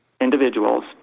individuals